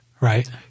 right